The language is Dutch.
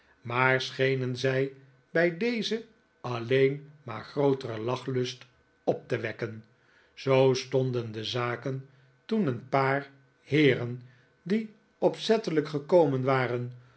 maar schenen zij bij dezen alleen maar grooteren lachliistop te wekken zoo stonden de zaken toen een paar heeren die opzettelijk gekomen waren